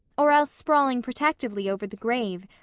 or else sprawling protectively over the grave,